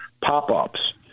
pop-ups